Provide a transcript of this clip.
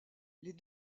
les